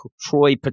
Troy